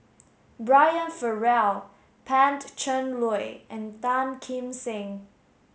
Brian Farrell Pan Cheng Lui and Tan Kim Seng